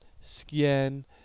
skin